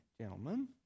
gentlemen